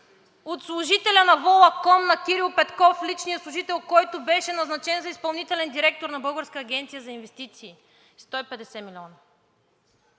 от служителя на „Волаком“ на Кирил Петков – личния служител, който беше назначен за изпълнителен директор на Българската агенция за инвестиции? Сто и